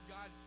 God